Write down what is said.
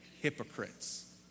hypocrites